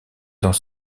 dans